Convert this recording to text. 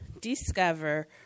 discover